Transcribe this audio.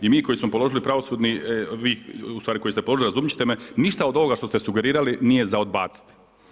I mi koji smo položili pravosudni, vi ustvari koji ste položili, razumjeti ćete me, ništa od ovoga što ste sugerirali nije za odbaciti.